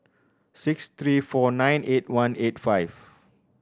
six three four nine eight one eight five